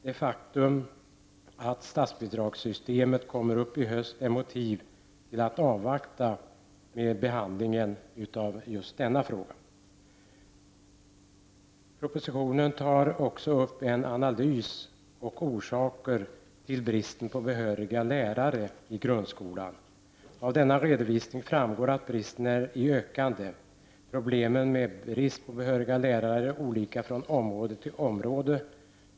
Det faktum att statsbidragssystemet kommer upp i höst är motiv till att avvakta med behandlingen av denna fråga. Propositionen tar också upp en analys av orsaker till bristen på behöriga lärare i grundskolan. Av denna redovisning framgår att bristen är i ökande. Problemen med brist på behöriga lärare är olika från område till område.